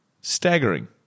Staggering